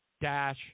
dash